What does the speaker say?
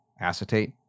acetate